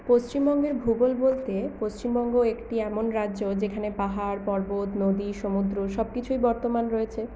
পশ্চিমবঙ্গের ভূগোল বলতে পশ্চিমবঙ্গ একটি এমন রাজ্য যেখানে পাহাড় পবর্ত নদী সমুদ্র সব কিছুই বর্তমান রয়েছে